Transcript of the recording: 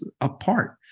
apart